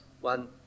one